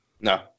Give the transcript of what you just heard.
No